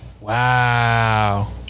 Wow